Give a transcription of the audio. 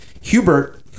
Hubert